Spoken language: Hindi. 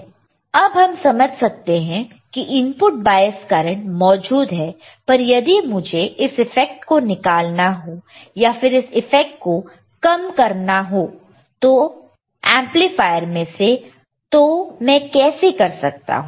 अब हम समझ सकते हैं कि इनपुट बायस करंट मौजूद है पर यदि मुझे इस इफ़ेक्ट को निकालना हो या फिर इस इफ़ेक्ट को कम करना हो एंपलीफायर में से तो मैं कैसे कर सकता हूं